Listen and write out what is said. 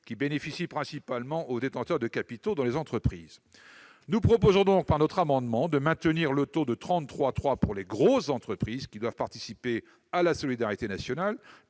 qui bénéficie principalement aux détenteurs de capitaux dans les entreprises. Nous proposons, par notre amendement, de maintenir le taux de 33,3 % pour les grosses entreprises, qui doivent participer à la solidarité nationale,